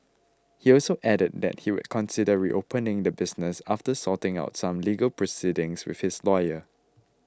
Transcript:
he also added that he would consider reopening the business after sorting out some legal proceedings with his lawyer